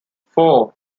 four